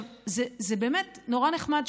זה באמת נורא נחמד,